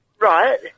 Right